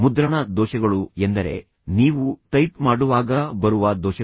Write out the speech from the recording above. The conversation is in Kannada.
ಮುದ್ರಣ ದೋಷಗಳು ಎಂದರೆ ನೀವು ಟೈಪ್ ಮಾಡುವಾಗ ಬರುವ ದೋಷಗಳು